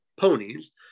ponies